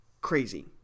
crazy